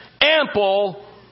ample